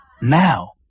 now